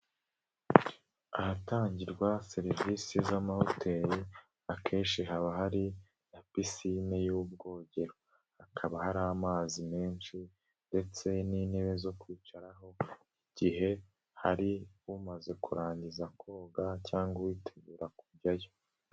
Ahatangirwa serivisi z'amahoteli akenshi haba hari na pisine y'ubwogero. Hakaba hari amazi menshi ndetse n'intebe zo kwicaraho igihe hari umaze kurangiza koga cyangwa uwitegura kujyayo.